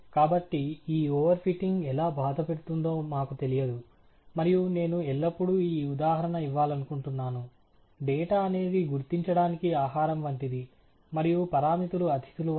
కాబట్టి ఈ overfitting ఎలా బాధపెడుతుందో మాకు తెలియదు మరియు నేను ఎల్లప్పుడూ ఈ ఉదాహరణ ఇవ్వాలనుకుంటున్నాను డేటా అనేది గుర్తించడానికి ఆహారం వంటిది మరియు పరామితులు అతిథులు వంటివి